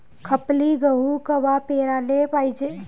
खपली गहू कवा पेराले पायजे?